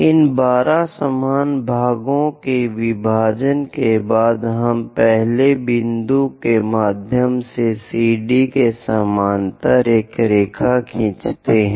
इन 12 समान भागों के विभाजन के बाद हम पहले बिंदु के माध्यम से CD के समानांतर एक रेखा खींचते हैं